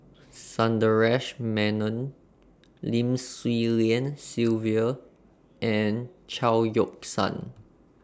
Sundaresh Menon Lim Swee Lian Sylvia and Chao Yoke San